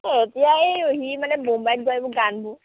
এ এতিয়া এই সি মানে বোম্বাইত গোৱা এইবোৰ গানবোৰ